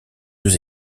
deux